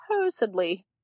supposedly